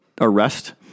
arrest